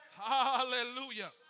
Hallelujah